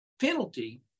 penalty